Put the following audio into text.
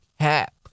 cap